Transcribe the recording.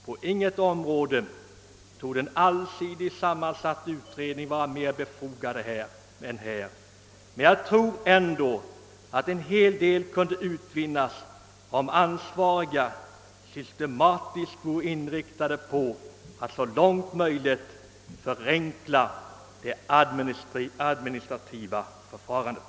På inget område torde en allsidigt sammansatt utredning vara mera befogad än här, men jag tror ändå att en hel del kunde utvinnas, om de ansvariga systematiskt vore inriktade på att så långt möjligt förenkla det administrativa förfarandet.